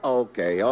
okay